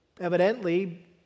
Evidently